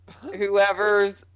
whoever's